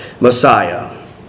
Messiah